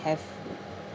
have